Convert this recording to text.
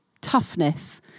Toughness